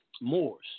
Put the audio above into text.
Moors